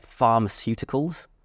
pharmaceuticals